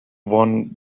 won